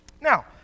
Now